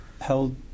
held